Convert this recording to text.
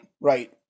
Right